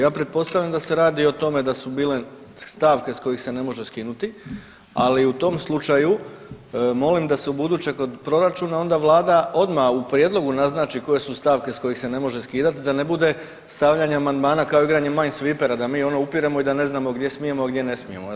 Ja pretpostavljam da se radi o tome da su bile stavke s kojih se ne može skinuti, ali u tom slučaju molim da se ubuduće kod proračuna onda vlada odmah u prijedlogu naznači koje su stavke s kojih se ne može skidati, da ne bude stavljanje amandmana kao igranje Main sweepera da mi ono upiremo i da ne znamo gdje smijemo, a gdje ne smijemo jel.